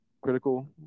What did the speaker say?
critical